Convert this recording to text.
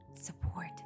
support